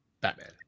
batman